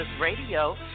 Radio